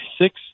six